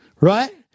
right